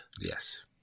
Yes